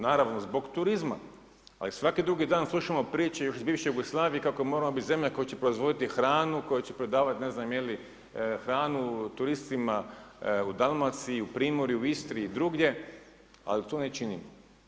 Naravno zbog turizma, ali svaki drugi dan slušamo priče još iz bivše Jugoslavnije, kako moramo biti zemlja, koja će proizvoditi hranu, koja će prodavati, ne znam, je li hranu, turistima u Dalmaciji, u Primorju, u Istri ili drugdje, ali to ne činimo.